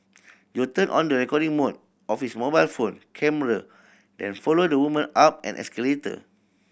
Jo turned on the recording mode of his mobile phone camera then followed the woman up an escalator